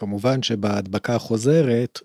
‫כמובן שבהדבקה החוזרת...